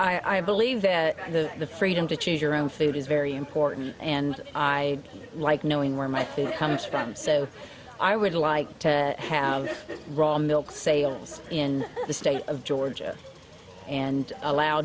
but i believe that the the freedom to choose your own food is very important and i like knowing where my food comes from so i would like to have the raw milk sales in the state of georgia and allow